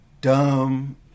dumb